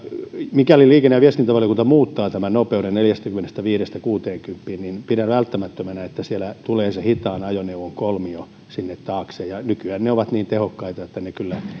mikäli liikenne ja viestintävaliokunta muuttaa nopeuden neljästäkymmenestäviidestä kuuteenkymmeneen niin pidän välttämättömänä että tulee se hitaan ajoneuvon kolmio sinne taakse nykyään ne ovat niin tehokkaita että ne kyllä